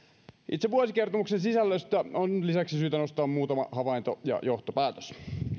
itse vuosikertomuksen sisällöstä on lisäksi syytä nostaa muutama havainto ja johtopäätös